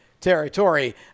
territory